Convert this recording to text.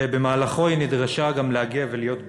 ובמהלכו היא גם נדרשה להגיע ולהיות בקו.